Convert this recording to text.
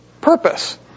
purpose